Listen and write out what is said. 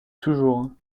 toujours